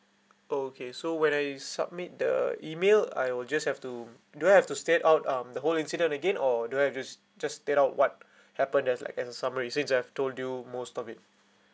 okay so when I submit the email I will just have to do I have to state out um the whole incident again or do I just just state out what happen that's like in summary since I've told you most of it